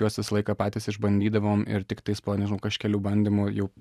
juos visą laiką patys išbandydavom ir tiktais po nežinau kažkelių bandymų jau